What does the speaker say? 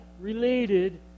related